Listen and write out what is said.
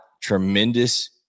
tremendous